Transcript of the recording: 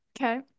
Okay